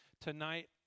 tonight